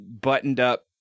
buttoned-up